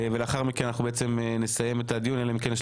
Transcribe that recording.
ולאחר כמן נסיים את הדיון אלא אם כן יש